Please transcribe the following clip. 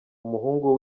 umuhungu